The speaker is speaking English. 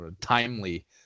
timely